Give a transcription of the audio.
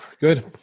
Good